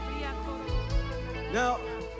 Now